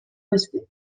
beste